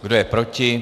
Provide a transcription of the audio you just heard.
Kdo je proti?